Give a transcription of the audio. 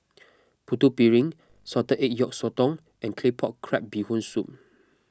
Putu Piring Salted Egg Yolk Sotong and Claypot Crab Bee Hoon Soup